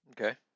okay